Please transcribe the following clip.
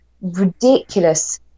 ridiculous